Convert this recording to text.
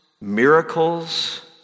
miracles